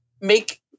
make